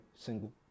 single